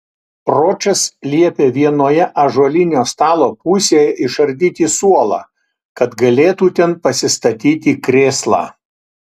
ročas liepė vienoje ąžuolinio stalo pusėje išardyti suolą kad galėtų ten pasistatyti krėslą